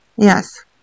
Yes